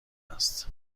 است